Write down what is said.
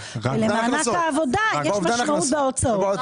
ולמענק העבודה יש משמעות בהוצאות.